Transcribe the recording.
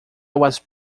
was